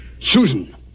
Susan